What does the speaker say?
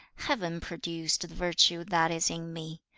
heaven produced the virtue that is in me.